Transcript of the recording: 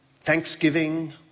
thanksgiving